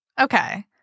Okay